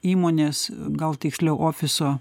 įmonės gal tiksliau ofiso